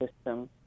system